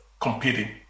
competing